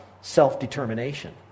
self-determination